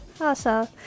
Awesome